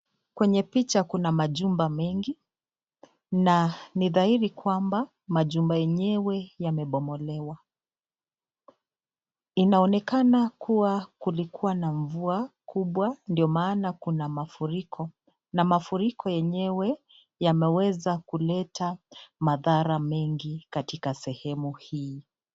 Kwenye picha kuna majumba mingi na ni dhahiri kwamba majumba yenyewe yamebomolewa. Inaonekana kuwa kulikuwa na mvua kubwa ndiyo maana kuna mafuriko. Na mafuriko yenyewe yamaeweza kuleta madhara mingi katika sehemu hii.